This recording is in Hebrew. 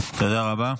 תודה רבה.